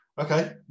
okay